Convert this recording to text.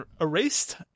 erased